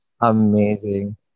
amazing